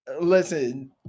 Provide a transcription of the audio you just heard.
Listen